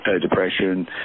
depression